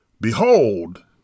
Behold